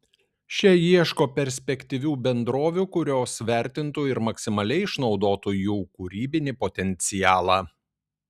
šie ieško perspektyvių bendrovių kurios vertintų ir maksimaliai išnaudotų jų kūrybinį potencialą